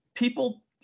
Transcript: People